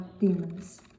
demons